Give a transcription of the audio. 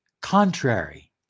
contrary